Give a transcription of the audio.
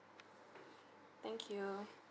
thank you